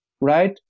right